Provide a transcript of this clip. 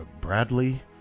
Bradley